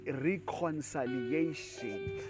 reconciliation